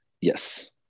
Yes